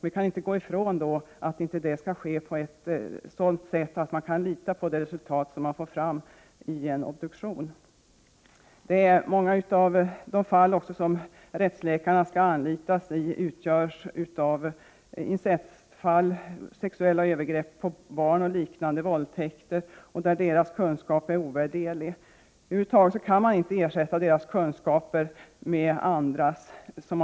Vi kan inte komma ifrån att obduktioner måste utföras på ett sådant sätt att man kan lita på det resultat som man får. Många av de fall där rättsläkare anlitas utgörs av incestfall, sexuella övergrepp på barn och våldtäkter. Rättsläkarnas kunskap är ovärderlig. Över huvud taget kan man inte ersätta rättsläkarnas kunskaper med andras.